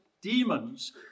demons